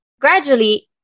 gradually